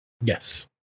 yes